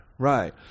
Right